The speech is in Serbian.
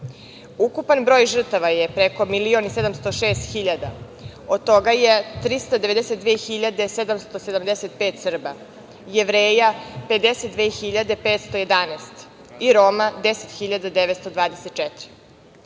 Ukupan broj žrtava je preko 1.706.000, od toga je 392.775 Srba, Jevreja 52.511 i Roma 10.924.